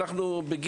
בבגרות.